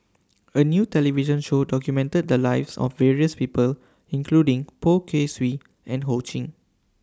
A New television Show documented The Lives of various People including Poh Kay Swee and Ho Ching